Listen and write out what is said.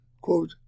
quote